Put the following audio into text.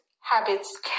habits